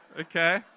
Okay